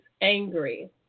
angry